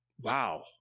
wow